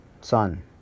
Sun